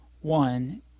one